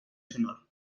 sonor